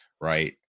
right